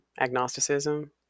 agnosticism